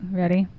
ready